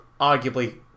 arguably